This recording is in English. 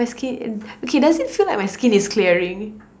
my skin okay doesn't feel like my skin is clearing